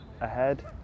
ahead